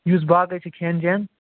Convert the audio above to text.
یُس باقٕے چھُ کھٮ۪ن چٮ۪ن